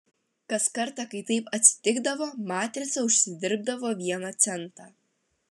kas kartą kai taip atsitikdavo matrica užsidirbdavo vieną centą